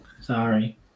Sorry